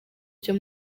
cyo